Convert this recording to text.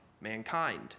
mankind